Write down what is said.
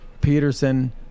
Peterson